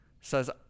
Says